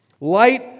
light